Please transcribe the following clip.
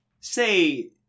say